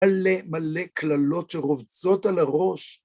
מלא מלא קללות שרובצות על הראש.